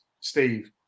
Steve